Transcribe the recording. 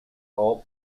all